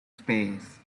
space